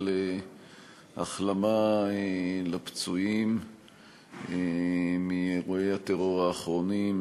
החלמה לפצועים באירועי הטרור האחרונים,